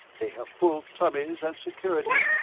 they have full tummies and security,